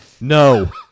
No